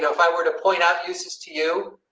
if i were to point out uses to, you.